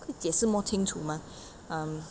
可以解释 more 清楚 mah um